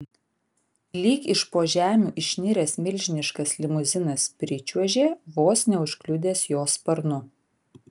lyg iš po žemių išniręs milžiniškas limuzinas pričiuožė vos neužkliudęs jo sparnu